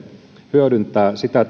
hyödyntää sitä